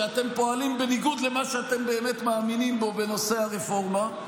שאתם פועלים בניגוד למה שאתם באמת מאמינים בו בנושא הרפורמה,